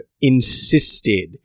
insisted